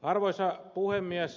arvoisa puhemies